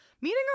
Meeting